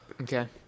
Okay